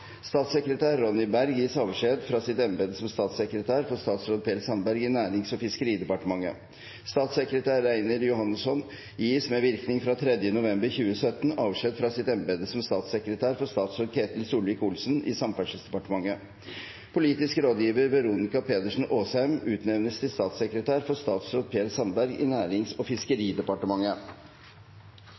Statssekretær Ronny Berg gis avskjed fra sitt embete som statssekretær for statsråd Per Sandberg i Nærings- og fiskeridepartementet. Statssekretær Reynir Jóhannesson gis med virkning fra 3. november 2017 avskjed fra sitt embete som statssekretær for statsråd Ketil Solvik-Olsen i Samferdselsdepartementet. Politisk rådgiver Veronica Pedersen Åsheim utnevnes til statssekretær for statsråd Per Sandberg i Nærings- og fiskeridepartementet.